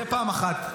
זה פעם אחת.